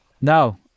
Now